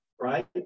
right